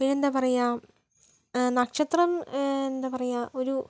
പിന്നെന്താ പറയാ നക്ഷത്രം എന്താ പറയാ ഒരു